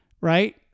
right